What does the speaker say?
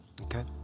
Okay